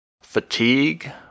fatigue